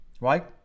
right